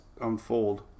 unfold